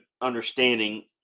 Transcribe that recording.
understanding